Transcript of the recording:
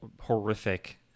horrific